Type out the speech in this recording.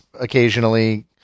occasionally